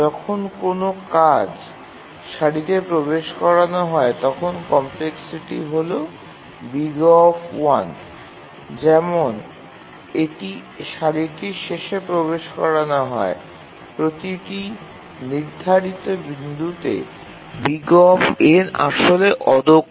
যখন কোনও কাজ সারিতে প্রবেশ করানো হয় তখন কমপ্লেক্সিটি হল O যেমন এটি সারিটির শেষে প্রবেশ করানো হয় প্রতিটি নির্ধারিত বিন্দুতে O আসলে অদক্ষ